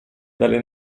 dalle